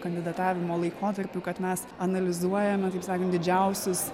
kandidatavimo laikotarpiu kad mes analizuojame taip sakant didžiausius